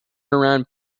around